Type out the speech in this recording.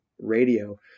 radio